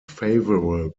favorable